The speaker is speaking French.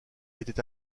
était